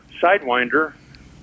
Sidewinder